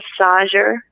massager